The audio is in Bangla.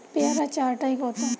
পেয়ারা চার টায় কত?